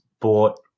bought